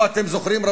אתם זוכרים,